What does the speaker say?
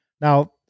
Now